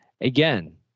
again